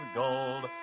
gold